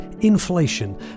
inflation